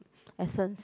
essence